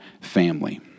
family